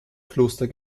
kloster